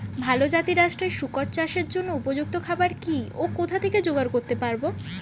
ভালো জাতিরাষ্ট্রের শুকর চাষের জন্য উপযুক্ত খাবার কি ও কোথা থেকে জোগাড় করতে পারব?